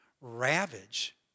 ravage